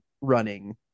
running